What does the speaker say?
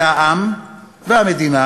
והעם והמדינה,